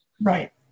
Right